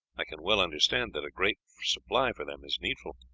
i can well understand that a great supply for them is needful.